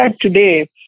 today